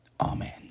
Amen